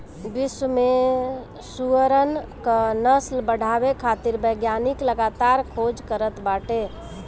विश्व में सुअरन क नस्ल बढ़ावे खातिर वैज्ञानिक लगातार खोज करत बाटे